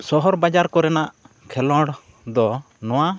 ᱥᱚᱦᱚᱨ ᱵᱟᱡᱟᱨ ᱠᱚᱨᱮᱱᱟᱜ ᱠᱷᱮᱞᱳᱰ ᱫᱚ ᱱᱚᱣᱟ